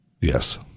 Yes